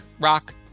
rock